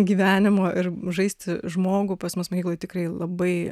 gyvenimo ir žaisti žmogų pas mus mokykloj tikrai labai